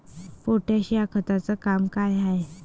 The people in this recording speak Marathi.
पोटॅश या खताचं काम का हाय?